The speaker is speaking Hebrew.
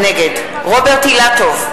נגד רוברט אילטוב,